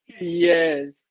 Yes